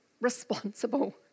responsible